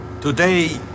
today